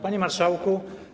Panie Marszałku!